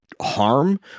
harm